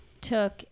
took